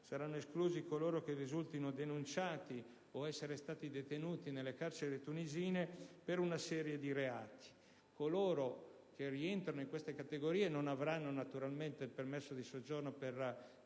ancora efficace; coloro che risultino denunciati o essere stati detenuti nelle carceri tunisine per una serie di reati. Chi rientra in queste categorie non avrà, naturalmente, il premesso di soggiorno per